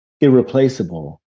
irreplaceable